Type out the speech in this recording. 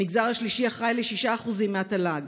המגזר השלישי אחראי ל-6% מהתל"ג.